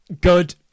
good